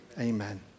Amen